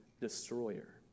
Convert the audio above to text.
destroyer